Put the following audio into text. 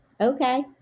Okay